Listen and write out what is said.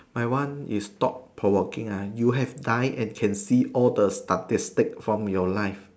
my one is thought provoking ah you have die and can see all the statistic from your life